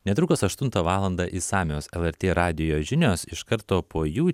netrukus aštuntą valandą išsamios lrt radijo žinios iš karto po jų